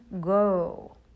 go